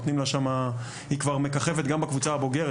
היא כבר מככבת גם בקבוצה הבוגרת,